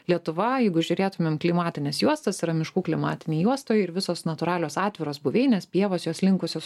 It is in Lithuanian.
lietuva jeigu žiūrėtumėm klimatines juostas yra miškų klimatinėj juostoj ir visos natūralios atviros buveinės pievos jos linkusios